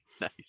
Nice